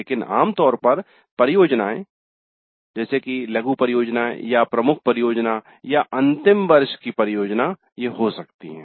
लेकिन आम तौर पर परियोजनाएं लघु परियोजनाएं या प्रमुख परियोजना या अंतिम वर्ष की परियोजना हो सकती हैं